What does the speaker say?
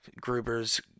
Gruber's